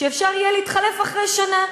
שאפשר יהיה להתחלף אחרי שנה.